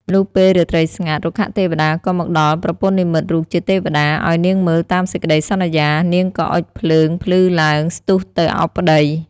លុះពេលរាត្រីស្ងាត់ រុក្ខទេវតាក៏មកដល់ប្រពន្ធនិម្មិតរូបជាទេវតា ឱ្យនាងមើលតាមសេចក្ដីសន្យា នាងក៏អុជភ្លើងភ្លឺឡើង ស្ទុះទៅអោបប្ដី។